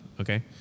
okay